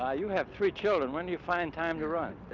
ah you have three children. when do you find time to run?